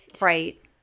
right